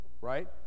right